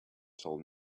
told